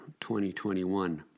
2021